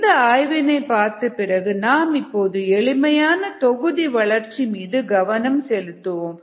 இந்த ஆய்வினை பார்த்தபிறகு நாம் இப்போது எளிமையான தொகுதி வளர்ச்சி மீது கவனம் செலுத்துவோம்